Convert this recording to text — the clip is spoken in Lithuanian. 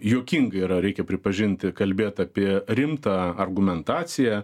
juokinga yra reikia pripažinti kalbėt apie rimtą argumentaciją